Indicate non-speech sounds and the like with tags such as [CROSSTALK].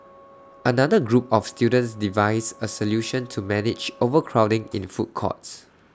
[NOISE] another group of students devised A solution to manage overcrowding in food courts